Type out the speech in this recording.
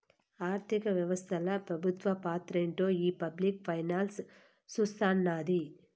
ఆర్థిక వ్యవస్తల పెబుత్వ పాత్రేంటో ఈ పబ్లిక్ ఫైనాన్స్ సూస్తున్నాది